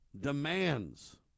demands